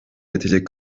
yetecek